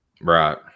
Right